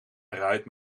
eruit